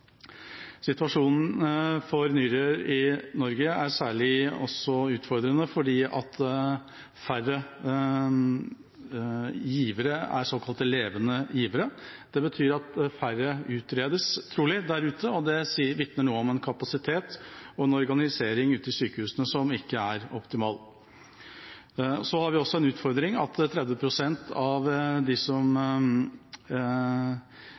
Situasjonen for nyrer i Norge er særlig utfordrende fordi færre givere er såkalte levende givere. Det betyr at færre trolig utredes der ute, og det vitner om en kapasitet og en organisering ute på sykehusene som ikke er optimal. Så har vi også en utfordring med at 30 pst. av dem som